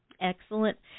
Excellent